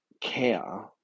care